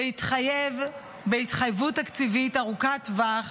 להתחייב בהתחייבות תקציבית ארוכת טווח